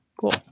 cool